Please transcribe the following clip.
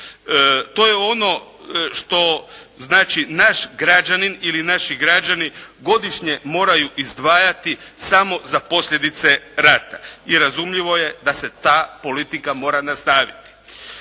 To je ono što znači naš građanin ili naši građani godišnje moraju izdvajati samo za posljedice rata i razumljivo je da se ta politika mora nastaviti.